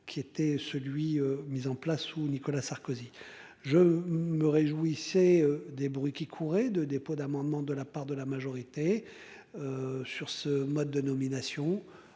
qui était celui mis en place sous Nicolas Sarkozy. Je me réjouissais des bruits qui couraient de dépôt d'amendements de la part de la majorité. Sur ce mode de nomination.